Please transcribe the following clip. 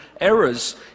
errors